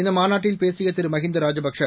இந்த மாநாட்டில் பேசிய திரு மகிந்தா ராஜபக்ஷே